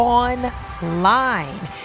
online